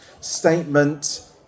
statement